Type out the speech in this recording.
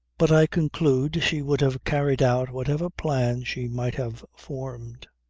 but i conclude she would have carried out whatever plan she might have formed.